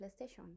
playstation